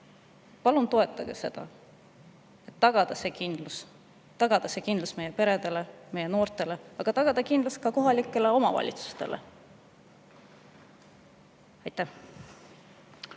palun toetage seda, et tagada see kindlus – tagada kindlus meie peredele, meie noortele, aga tagada kindlus ka kohalikele omavalitsustele. Aitäh!